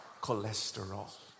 Cholesterol